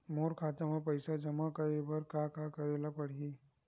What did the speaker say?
मोर खाता म पईसा जमा करे बर का का करे ल पड़हि?